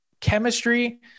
chemistry